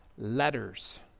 letters